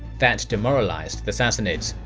that demoralized the sassanids,